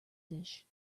dish